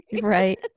right